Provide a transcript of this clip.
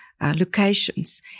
locations